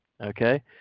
Okay